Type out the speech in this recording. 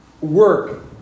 work